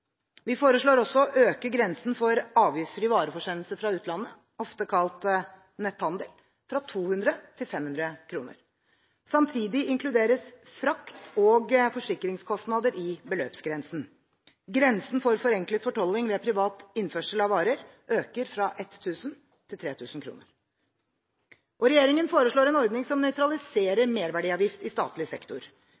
Vi foreslår også å øke grensen for avgiftsfrie vareforsendelser fra utlandet, ofte kalt netthandel, fra 200 kr til 500 kr. Samtidig inkluderes frakt- og forsikringskostnader i beløpsgrensen. Grensen for forenklet fortolling ved privat innførsel av varer øker fra 1 000 kr til 3 000 kr. Regjeringen foreslår en ordning som nøytraliserer